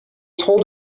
told